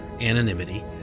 anonymity